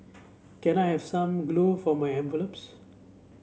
can I have some glue for my envelopes